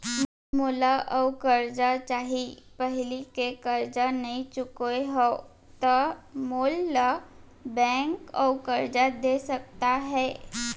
मोला अऊ करजा चाही पहिली के करजा नई चुकोय हव त मोल ला बैंक अऊ करजा दे सकता हे?